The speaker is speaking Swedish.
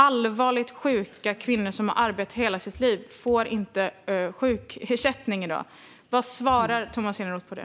Allvarligt sjuka kvinnor som har arbetat hela sitt liv får inte sjukersättning i dag. Vad svarar Tomas Eneroth på det?